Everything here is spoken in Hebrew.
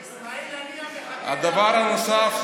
אסמעיל הנייה מחכה, הדבר הנוסף,